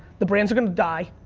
the brands are gonna die.